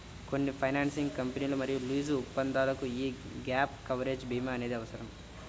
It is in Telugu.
కొన్ని ఫైనాన్సింగ్ కంపెనీలు మరియు లీజు ఒప్పందాలకు యీ గ్యాప్ కవరేజ్ భీమా అనేది అవసరం